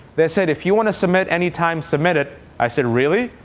they said if you want to submit any time, submit it. i said really?